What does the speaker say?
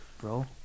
bro